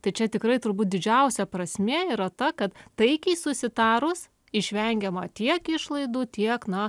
tai čia tikrai turbūt didžiausia prasmė yra ta kad taikiai susitarus išvengiama tiek išlaidų tiek na